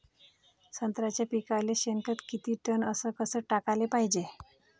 संत्र्याच्या पिकाले शेनखत किती टन अस कस टाकाले पायजे?